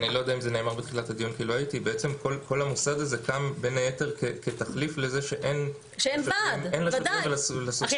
כל המוסד הזה קם בין היתר כתחליף לזה שאין לשוטרים זכות התאגדות.